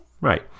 Right